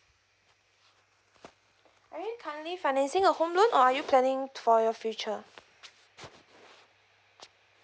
are you currently financing a home loan or are you planning for your future